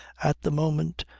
at the moment,